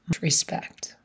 respect